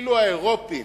אפילו האירופים